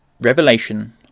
Revelation